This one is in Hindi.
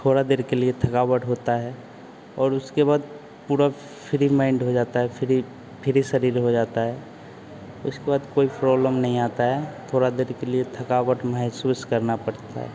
थोड़ा देर के लिए थकावट होता है और उसके बाद पूरा फिरि माइंड हो जाता है फिरि फिरि शरीर हो जाता है उसके बाद कोई प्रॉब्लम नहीं आता है थोड़ा देर के लिए थकावट महसूस करना पड़ता है